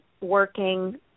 working